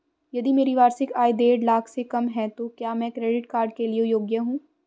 यदि मेरी वार्षिक आय देढ़ लाख से कम है तो क्या मैं क्रेडिट कार्ड के लिए योग्य हूँ?